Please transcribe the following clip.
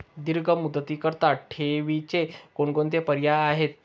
दीर्घ मुदतीकरीता ठेवीचे कोणकोणते पर्याय आहेत?